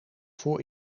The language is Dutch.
voor